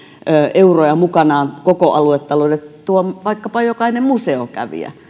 euroja mukanaan koko aluetaloudelle tuo vaikkapa jokainen museokävijä